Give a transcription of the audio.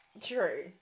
True